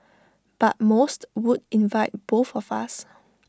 but most would invite both of us